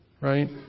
Right